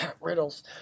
riddles